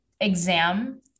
exam